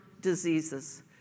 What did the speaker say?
diseases